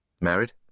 Married